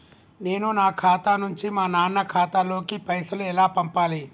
నేను నా ఖాతా నుంచి మా నాన్న ఖాతా లోకి పైసలు ఎలా పంపాలి?